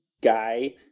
guy